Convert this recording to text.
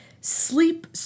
Sleep